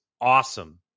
awesome